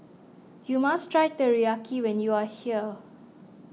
you must try Teriyaki when you are here